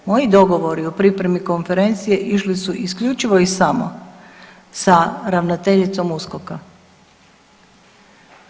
Moji dogovori o pripremi konferencije išli su isključivo i samo sa ravnateljicom USKOK-a.